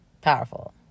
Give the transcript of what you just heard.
powerful